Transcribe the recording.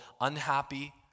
unhappy